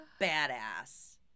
badass